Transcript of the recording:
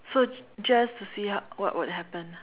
so just to see how what would happen